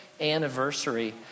anniversary